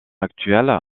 actuel